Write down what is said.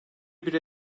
bir